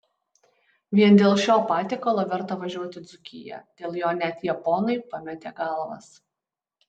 vien dėl šio patiekalo verta važiuoti į dzūkiją dėl jo net japonai pametė galvas